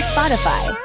Spotify